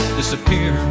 disappear